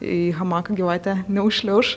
į hamaką gyvatė neužšliauš